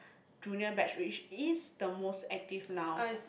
junior batch which is the most active now